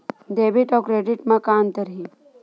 Debit अउ credit म का अंतर हे?